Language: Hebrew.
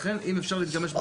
לכן אם אפשר להתגמש בשעה.